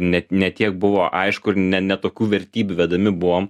net ne tiek buvo aišku ir ne ne tokių vertybių vedami buvom